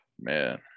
man